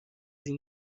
این